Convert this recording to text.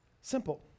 simple